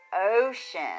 ocean